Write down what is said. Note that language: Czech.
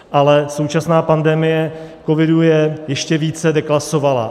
Ale současná pandemie covidu je ještě více deklasovala.